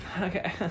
Okay